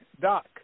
Doc